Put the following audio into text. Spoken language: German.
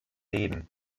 leben